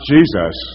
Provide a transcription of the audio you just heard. Jesus